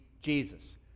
Jesus